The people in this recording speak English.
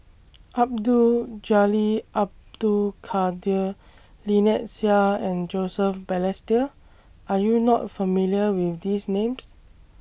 Abdul Jalil Abdul Kadir Lynnette Seah and Joseph Balestier Are YOU not familiar with These Names